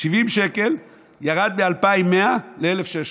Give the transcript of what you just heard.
70 שקלים, ירד מ-2,100 ל-1,600.